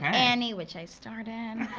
annie, which i starred in.